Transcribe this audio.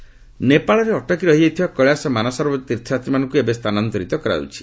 ମାନସରୋବର ନେପାଳରେ ଅଟକି ରହିଯାଇଥିବା କେଳାଶ ମାନସରୋବର ତୀର୍ଥ ଯାତ୍ରୀମାନଙ୍କ ଏବେ ସ୍ଥାନାନ୍ତରିତ କରାଯାଉଛି